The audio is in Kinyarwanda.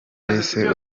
ese